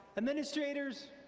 administrators,